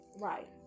Right